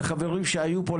לחברים שהיו פה,